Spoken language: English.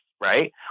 right